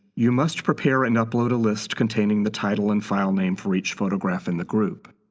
you must prepare and upload a list containing the title and file name for each photograph in the group.